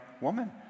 woman